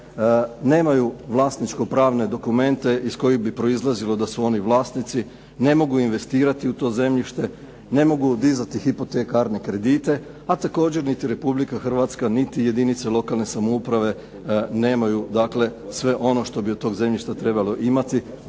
nemaju vlasničko-pravne dokumente iz kojih bi proizlazilo da su oni vlasnici, ne mogu investirati u to zemljište, ne mogu dizati hipotekarne kredite, a također niti Republika Hrvatska, niti jedinice lokalne samouprave nemaju dakle sve ono što bi od tog zemljišta trebalo imati